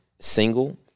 single-